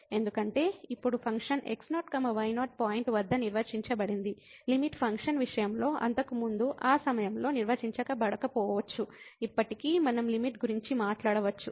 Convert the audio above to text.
ఎందుకంటే ఇప్పుడు function x0 y0 point వద్ద నిర్వచించబడింది లిమిట్ ఫంక్షన్ విషయంలో అంతకుముందు ఆ సమయంలో నిర్వచించబడకపోవచ్చు ఇప్పటికీ మనం లిమిట్ గురించి మాట్లాడవచ్చు